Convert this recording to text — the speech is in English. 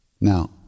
Now